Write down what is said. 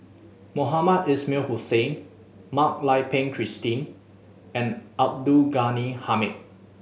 Mohamed Ismail Hussain Mak Lai Peng Christine and Abdul Ghani Hamid